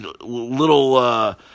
little